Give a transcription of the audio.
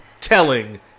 telling